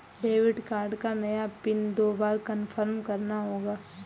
debit card का नया pin दो बार कन्फर्म करना होगा